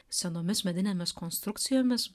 senomis medinėmis konstrukcijomis